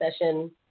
session